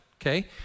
okay